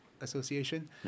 Association